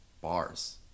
Bars